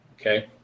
okay